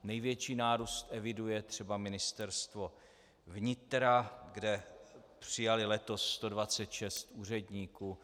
Největší nárůst eviduje třeba Ministerstvo vnitra, kde přijali letos 126 úředníků.